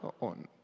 on